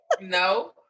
No